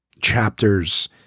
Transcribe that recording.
chapters